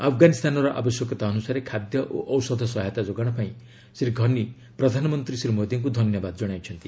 ଆଫ୍ଗାନିସ୍ତାନର ଆବଶ୍ୟକତା ଅନୁସାରେ ଖାଦ୍ୟ ଓ ଔଷଧ ସହାୟତା ଯୋଗାଣ ପାଇଁ ଶ୍ରୀ ଘନି ପ୍ରଧାନମନ୍ତ୍ରୀ ଶ୍ରୀ ମୋଦୀଙ୍କୁ ଧନ୍ୟବାଦ ଜଣାଇଛନ୍ତି